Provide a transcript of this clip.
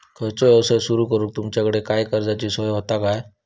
खयचो यवसाय सुरू करूक तुमच्याकडे काय कर्जाची सोय होता काय?